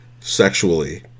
sexually